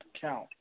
Count